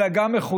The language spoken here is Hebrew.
אלא גם מחוזקת.